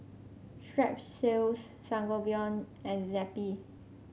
Strepsils Sangobion and Zappy